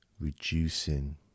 Reducing